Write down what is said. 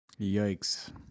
Yikes